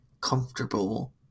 comfortable